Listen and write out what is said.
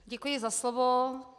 Děkuji za slovo.